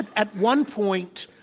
at one point,